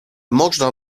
można